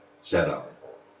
setup